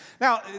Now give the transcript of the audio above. Now